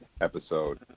Episode